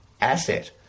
asset